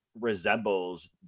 resembles